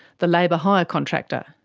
the labour hire contractor.